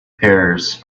pears